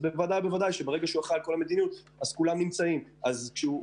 אז בוודאי ובוודאי שכולם היו נמצאים לשירותו